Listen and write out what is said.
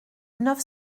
neuf